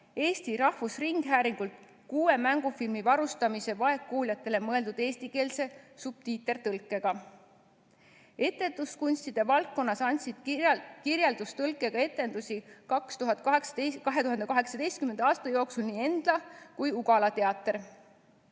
Eesti Rahvusringhäälingult kuue mängufilmi varustamise vaegkuuljatele mõeldud eestikeelse subtiitertõlkega. Etenduskunstide valdkonnas andsid kirjeldustõlkega etendusi 2018. aasta jooksul nii Endla kui ka Ugala teater.